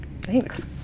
Thanks